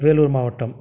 வேலூர் மாவட்டம்